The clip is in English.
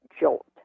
jolt